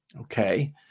Okay